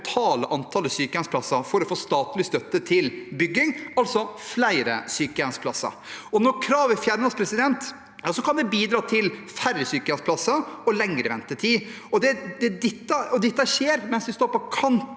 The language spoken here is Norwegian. totale antallet sykehjemsplasser for å få statlig støtte til bygging av flere sykehjemsplasser. Når kravet fjernes, kan det bidra til færre sykehjemsplasser og lengre ventetid. Dette skjer mens vi står på kanten